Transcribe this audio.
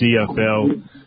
CFL